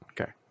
Okay